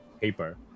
paper